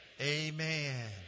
Amen